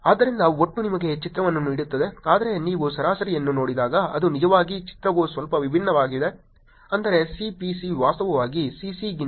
ಆದ್ದರಿಂದ ಒಟ್ಟು ನಿಮಗೆ ಚಿತ್ರವನ್ನು ನೀಡುತ್ತದೆ ಆದರೆ ನೀವು ಸರಾಸರಿಯನ್ನು ನೋಡಿದಾಗ ಅದು ನಿಜವಾಗಿ ಚಿತ್ರವು ಸ್ವಲ್ಪ ವಿಭಿನ್ನವಾಗಿದೆ ಅಂದರೆ C P C ವಾಸ್ತವವಾಗಿ Cc ಗಿಂತ 9